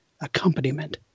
accompaniment